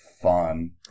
fun